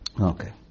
Okay